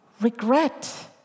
regret